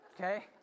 Okay